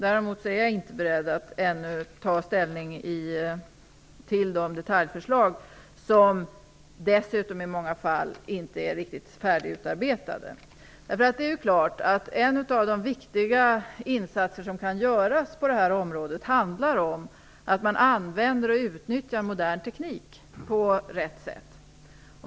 Däremot är jag ännu inte beredd att ta ställning till de detaljförslag som dessutom i många fall inte är riktigt färdigutarbetade. Det är klart att en av de viktiga insatser som kan göra på detta område handlar om att använda och utnyttja modern teknik på rätt sätt.